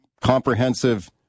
comprehensive